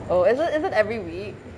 oh is it is it every week